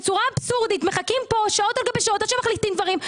בצורה אבסורדית מחכים פה שעות על גבי שעות עד שמחליטים דברים.